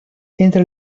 entre